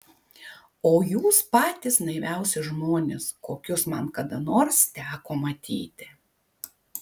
o jūs patys naiviausi žmonės kokius man kada nors teko matyti